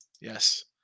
Yes